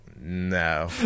no